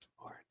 Lord